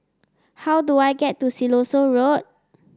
how do I get to Siloso Road